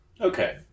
Okay